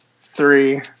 three